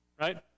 Right